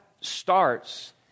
starts